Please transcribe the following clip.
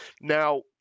Now